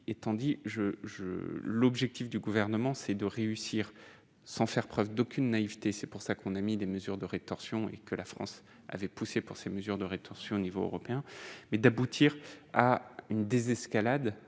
étant dit je, je, l'objectif du gouvernement c'est de réussir. Sans faire preuve d'aucune naïveté, c'est pour ça qu'on a mis des mesures de rétorsion et que la France avait poussé par ces mesures de rétorsion au niveau européen mais d'aboutir à une désescalade